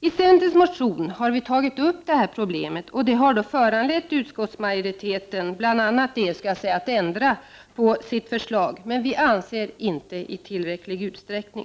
I centerns motion har vi tagit upp detta problem, och bl.a. det har då föranlett utskottsmajoriteten att ändra på sitt förslag, men inte tillräckligt, anser vi.